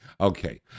Okay